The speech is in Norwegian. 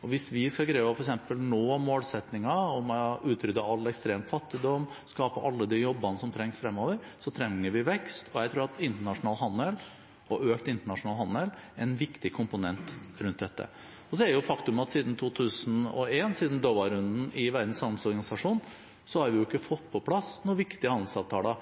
og hvis vi skal greie f.eks. å nå målsettingen om å utrydde all ekstrem fattigdom og skape alle de jobbene som trengs fremover, trenger vi vekst. Jeg tror at internasjonal handel – og økt internasjonal handel – er en viktig komponent rundt dette. Så er det et faktum at siden 2001 – siden Doha-runden i Verdens handelsorganisasjon – har vi ikke fått på plass noen viktige handelsavtaler.